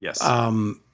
Yes